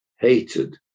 hated